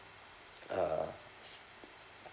uh